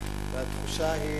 והתחושה היא,